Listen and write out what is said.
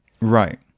Right